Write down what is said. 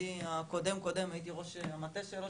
בתפקידי הקודם קודם הייתי ראש המטה שלו,